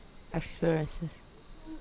assurances